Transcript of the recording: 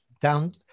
down